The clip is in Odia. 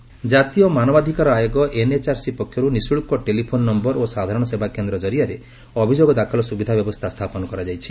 ଏନ୍ଏଚ୍ଆର୍ସି ଜାତୀୟ ମାନବାଧିକାର ଆୟୋଗ ଏନ୍ଏଚ୍ଆର୍ସି ପକ୍ଷରୁ ନିଃଶୁଳ୍କ ଟେଲିଫୋନ୍ ନମ୍ଭର ଓ ସାଧାରଣ ସେବା କେନ୍ଦ୍ର ଜରିଆରେ ଅଭିଯୋଗ ଦାଖଲ ସୁବିଧା ବ୍ୟବସ୍ଥା ସ୍ଥାପନ କରାଯାଇଛି